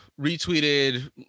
retweeted